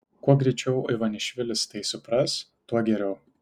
kuo greičiau ivanišvilis tai supras tuo geriau